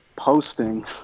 Posting